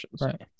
Right